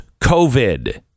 COVID